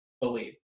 believe